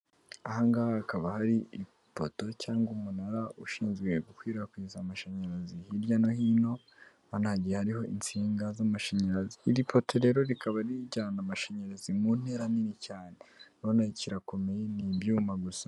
Aha ngaha hakaba hari ipoto cyangwa umunara ushinzwe gukwirakwiza amashanyarazi hirya no hino, urabona hagiye hariho insinga z'amashanyarazi, iri poto rero rikaba rijyana amashanyarazi mu ntera nini cyane. Urabona kirakomeye, ibyuma gusa.